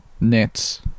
nets